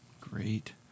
Great